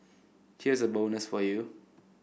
here's a bonus for you